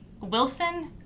Wilson